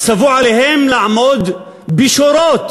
ציוו עליהם לעמוד בשורות,